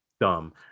dumb